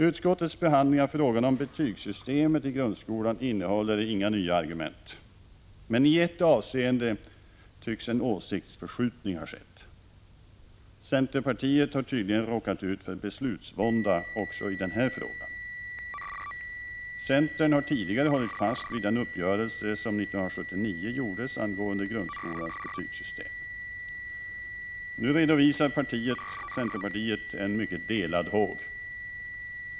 Utskottets behandling av frågan om betygssystemet i grundskolan innehåller inga nya argument, men i ett avseende tycks en åsiktsförskjutning ha skett. Centerpartiet har tydligen råkat ut för beslutsvånda också i den frågan. Centern har tidigare hållit fast vid den uppgörelse som gjordes 1979 angående grundskolans betygssystem. Nu redovisar centerpartiet en mycket delad håg.